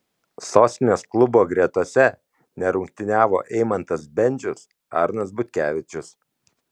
sostinės klubo gretose nerungtyniavo eimantas bendžius arnas butkevičius